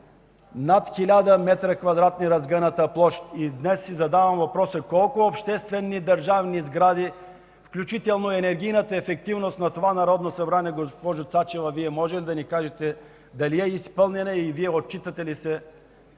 с над 1000 кв. м разгъната площ. И днес си задавам въпроса: колко обществени, държавни сгради, включително енергийната ефективност на това Народно събрание, госпожо Цачева, Вие можете ли да ни кажете дали е изпълнена и Вие отчитате ли се